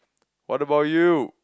what about you